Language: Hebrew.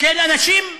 כאל אנשים שקופים.